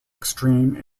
extreme